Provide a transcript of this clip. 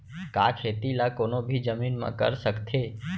का खेती ला कोनो भी जमीन म कर सकथे?